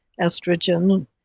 estrogen